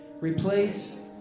replace